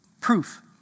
proof